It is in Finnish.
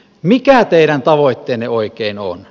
mikä teidän tavoitteenne oikein on